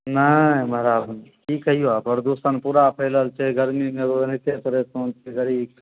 नहि महाराज की कहिऔ प्रदूषण पूरा फैलल छै गरमीमे ओनहिते परेशान छै गड़ी